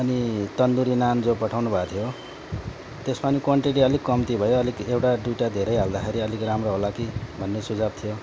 अनि तन्दुरी नान जो पठाउनु भएको थियो त्यसमा नि क्वान्टिटी अलिक कम्ती भयो अलिक एउटा दुइटा धेरै हाल्दाखेरि अलिक राम्रो होला कि भन्ने सुझाउ थियो